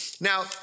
Now